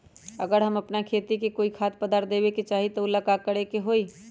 अगर हम अपना खेती में कोइ खाद्य पदार्थ देबे के चाही त वो ला का करे के होई?